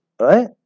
right